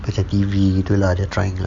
macam T_V tu lah dia trying lah